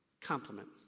compliment